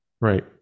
right